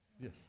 Yes